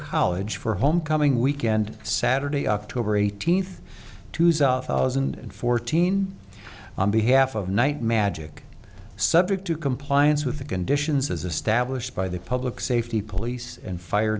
college for homecoming weekend saturday october eighteenth two thousand and fourteen on behalf of night magic subject to compliance with the conditions as established by the public safety police and fire